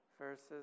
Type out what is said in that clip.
Verses